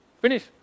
Finish